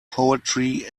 poetry